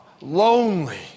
lonely